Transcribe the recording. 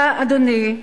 אתה, אדוני,